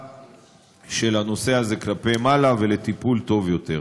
של הנושא הזה כלפי מעלה ולטיפול טוב יותר.